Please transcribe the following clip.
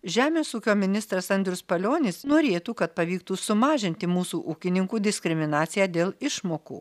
žemės ūkio ministras andrius palionis norėtų kad pavyktų sumažinti mūsų ūkininkų diskriminaciją dėl išmokų